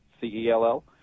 C-E-L-L